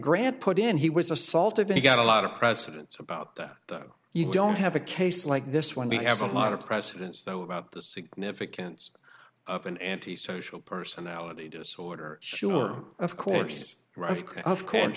grant put in he was assaulted but he got a lot of presidents about that though you don't have a case like this when we have a lot of precedents though about the significance of an anti social personality disorder sure of course of course